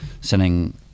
sending